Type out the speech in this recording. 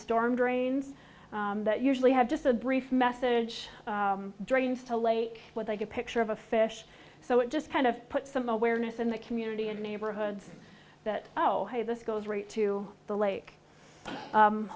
storm drains that usually have just a brief message drains to lake what i get a picture of a fish so it just kind of puts some awareness in the community and neighborhoods that oh hey this goes right to the lake